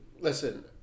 Listen